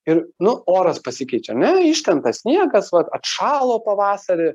ir nu oras pasikeičia ar ne iškrenta sniegas vat atšalo pavasarį